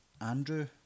Andrew